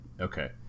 Okay